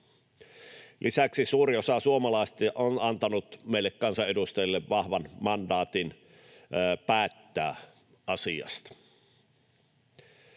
Lisäksi suuri osa suomalaisista on antanut meille kansanedustajille vahvan mandaatin päättää asiasta.